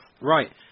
Right